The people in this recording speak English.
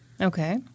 Okay